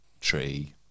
tree